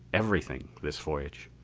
everything, this voyage.